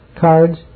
cards